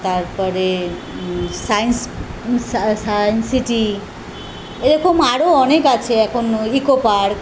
তারপরে science science city এ রকম আরও অনেক আছে এখন ইকো পার্ক